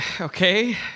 Okay